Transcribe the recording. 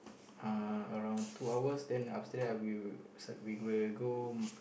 uh around two hours then after that I will we will go